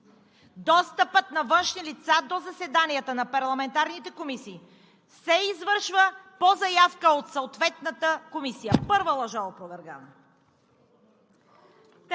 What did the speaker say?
„Достъпът на външни лица до заседанията на парламентарните комисии се извършва по заявка от съответната комисия“ – първа лъжа опровергана.